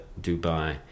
Dubai